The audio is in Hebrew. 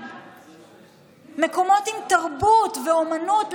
מקומות עם תרבות ואומנות,